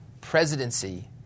presidency